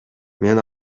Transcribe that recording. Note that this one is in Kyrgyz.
мен